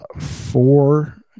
four